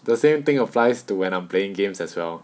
the same thing applies to when I'm playing games as well